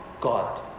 God